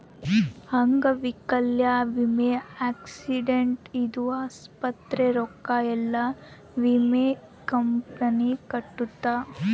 ಅಂಗವೈಕಲ್ಯ ವಿಮೆ ಆಕ್ಸಿಡೆಂಟ್ ಇಂದ ಆಸ್ಪತ್ರೆ ರೊಕ್ಕ ಯೆಲ್ಲ ವಿಮೆ ಕಂಪನಿ ಕೊಡುತ್ತ